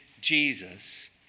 Jesus